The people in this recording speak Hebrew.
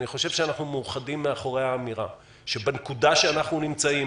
אני חושב שאנחנו מאוחדים מאחורי האמירה שבנקודה בה אנו נמצאים